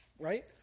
right